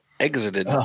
Exited